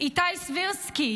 איתי סבירסקי,